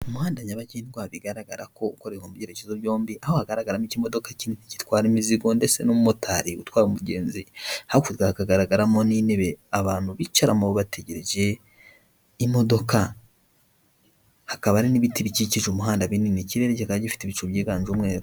Umuhanda nyabagendwa bigaragara ko ukorera mu byerekezo byombi, aho hagaragara n'ikimodoka gitwara imizigo ndetse n'umumotari utwara umugenzi, hakurya hagaragaramo n'intebe abantu bicaramo bategereje imodoka. Hakaba n'ibiti bikikije umuhanda binini, ikirere kikaba gifite ibicu byiganje umweru.